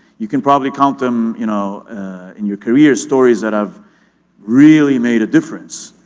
you can probably count them you know in your career stories that have really made a difference.